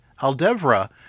Aldevra